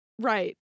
Right